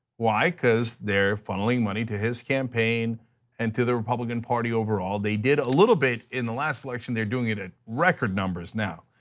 why? because they are funneling money to his campaign and to the republican party overall. they did a little bit in the last election, they are doing it in ah record numbers now.